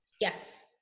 Yes